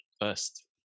first